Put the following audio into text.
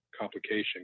complication